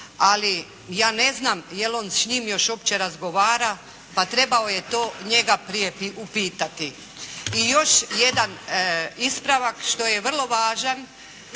ali ja ne znam je'l on s njim još uopće razgovara. Pa trebao je to njega prije pitati. I još jedan ispravak koji je vrlo važan.